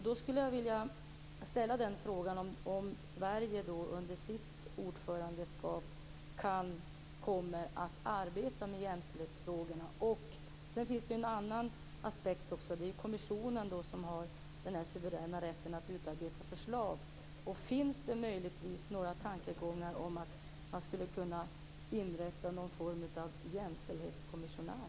Då skulle jag vilja ställa frågan om Sverige under sitt ordförandeskap kommer att arbeta med jämställdhetsfrågorna. Det finns en annan aspekt. Kommissionen har den suveräna rätten att utarbeta förslag. Finns det möjligtvis några tankegångar om att inrätta någon form av jämställdhetskommissionär?